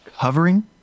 covering